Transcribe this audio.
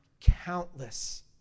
countless